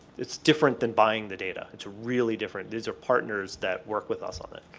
it's different than buying the data, it's really different. these are partners that work with us on it.